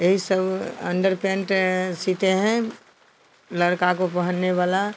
यही सब अन्डरपेंट सीते हैं लड़का को पहनने वाला